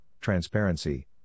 transparency